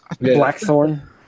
Blackthorn